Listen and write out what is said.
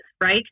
Right